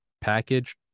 package